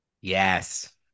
Yes